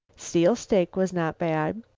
seal steak was not bad,